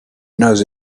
knows